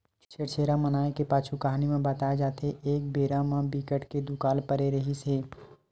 छेरछेरा मनाए के पाछू कहानी म बताए जाथे के एक बेरा म बिकट के दुकाल परे रिहिस हे